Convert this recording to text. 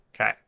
Okay